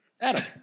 Adam